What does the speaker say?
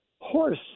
Horse